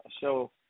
show